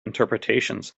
interpretations